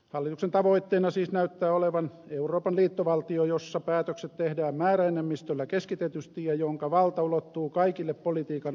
hallituksen tavoitteena siis näyttää olevan euroopan liittovaltio jossa päätökset tehdään määräenemmistöllä keskitetysti ja jonka valta ulottuu kaikille politiikan osa alueille